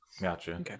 Gotcha